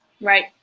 Right